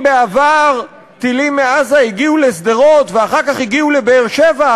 אם בעבר טילים מעזה הגיעו לשדרות ואחר כך הגיעו לבאר-שבע,